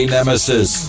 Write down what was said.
Nemesis